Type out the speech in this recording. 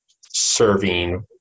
serving